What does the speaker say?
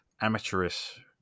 amateurish